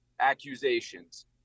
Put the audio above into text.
accusations